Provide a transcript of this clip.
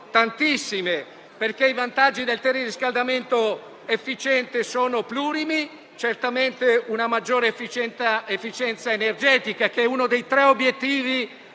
tantissime. I vantaggi del teleriscaldamento efficiente sono plurimi: certamente c'è una maggiore efficienza energetica, che è uno dei tre obiettivi